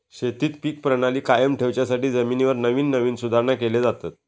शेतीत पीक प्रणाली कायम ठेवच्यासाठी जमिनीवर नवीन नवीन सुधारणा केले जातत